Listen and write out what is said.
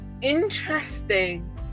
interesting